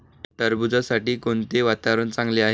टरबूजासाठी कोणते वातावरण चांगले आहे?